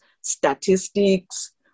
statistics